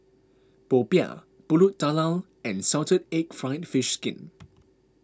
Popiah Pulut Tatal and Salted Egg Fried Fish Skin